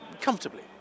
comfortably